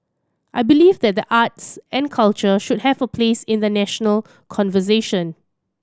I believe that the arts and culture should have a place in the national conversation